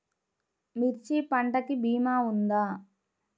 మిర్చి పంటకి భీమా ఉందా?